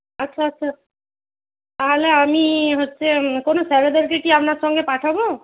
আচ্ছা আচ্ছা তাহলে আমি হচ্ছে কোনো স্যারেদেরকে কি আপনার সঙ্গে পাঠাব